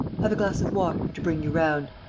have a glass of water, to bring you round!